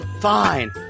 fine